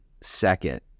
second